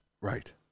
Right